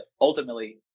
ultimately